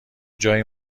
جایی